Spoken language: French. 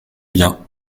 bien